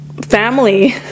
Family